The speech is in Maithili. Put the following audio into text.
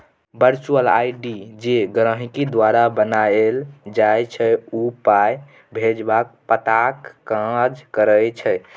बर्चुअल आइ.डी जे गहिंकी द्वारा बनाएल जाइ छै ओ पाइ भेजबाक पताक काज करै छै